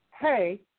hey